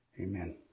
amen